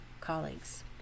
colleagues